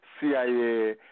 CIA